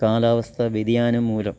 കാലാവസ്ഥാ വ്യതിയാനം മൂലം